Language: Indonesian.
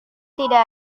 tidak